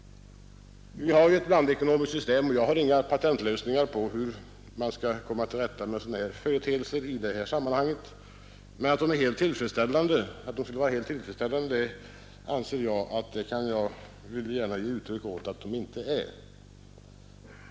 Vi har ett blandekonomiskt system, och jag har ingen patentlösning på hur man skall komma till rätta med sådana här företeelser, men att förhållandena skulle vara helt tillfredsställande kan jag för min del inte säga.